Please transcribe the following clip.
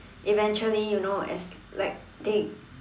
eventually you know as like they